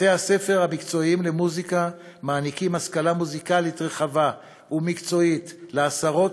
בתי-הספר המקצועיים למוזיקה מעניקים השכלה מוזיקלית רחבה ומקצועית לעשרות